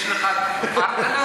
יש לך פרטנר?